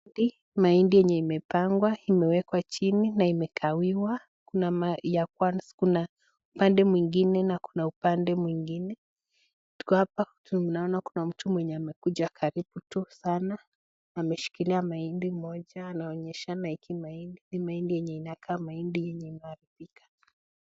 Mahindi yenye imepangwa, imewekwa chini na imegawiwa na ya kwanza kuna upande mwingine na kuna upande mwingine. Tukiwapa tunaona kuna mtu mwenye amekuja karibu tu sana ameshikilia mahindi moja anaonyeshana hiki mahindi. Mahindi yenye inakaa mahindi yenye imeharibika.